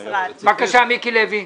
בבקשה, מיקי לוי,